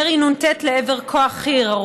ירי נ"ט לעבר כוח חי"ר,